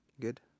good